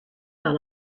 par